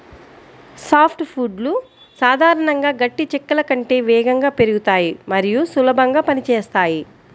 soft వుడ్లు సాధారణంగా గట్టి చెక్కల కంటే వేగంగా పెరుగుతాయి మరియు సులభంగా పని చేస్తాయి